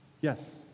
Yes